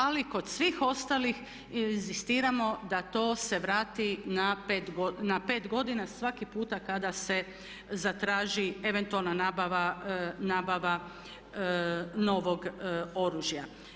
Ali kod svih ostalih inzistiramo da to se vrati na pet godina svaki puta kada se zatraži eventualna nabava novog oružja.